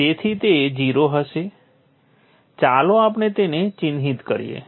તેથી તે 0 હશે ચાલો આપણે તેને ચિહ્નિત કરીએ